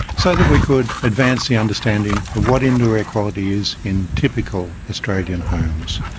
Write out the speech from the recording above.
so that we could advance the understanding of what indoor air quality is in typical australian homes.